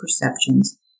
perceptions